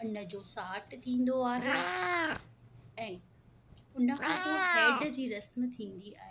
उन जो साठ थींदो आहे ऐं उन खां पोइ हैड जी रस्म थींदी आहे